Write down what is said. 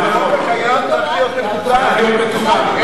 זה צריך להיות מתוקן.